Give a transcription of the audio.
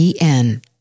en